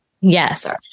Yes